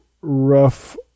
rough